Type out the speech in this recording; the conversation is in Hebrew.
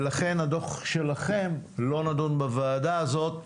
ולכן הדוח שלכם לא נידון בוועדה הזאת,